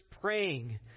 praying